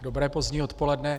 Dobré pozdní odpoledne.